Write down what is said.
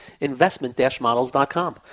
Investment-models.com